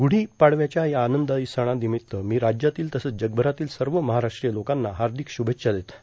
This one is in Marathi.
ग्रढा पाडव्याच्या या आनंददायी सर्णार्नामत्त मी राज्यातील तसंच जगभरातील सव महाराष्ट्रीय लोकांना हर्ाादक शुभेच्छा देतो